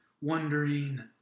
wondering